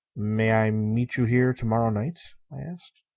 may i meet you here to-morrow night? i asked.